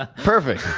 ah perfect.